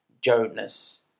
Jonas